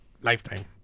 lifetime